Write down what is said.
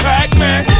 Pac-Man